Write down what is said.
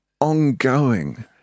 ongoing